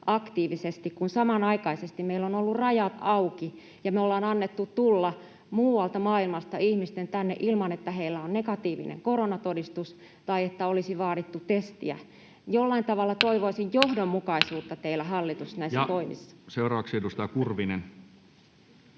kun samanaikaisesti meillä ovat olleet rajat auki ja me ollaan annettu tulla muualta maailmasta ihmisten tänne ilman, että heillä on negatiivinen koronatodistus tai että olisi vaadittu testiä. Jollain tavalla toivoisin johdonmukaisuutta teiltä, hallitus, näissä toimissa. Seuraavaksi edustaja Kurvinen.